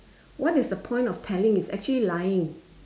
what is the point of telling it's actually lying